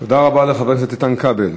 תודה רבה לחבר הכנסת איתן כבל.